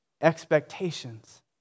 expectations